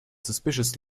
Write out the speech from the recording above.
suspicious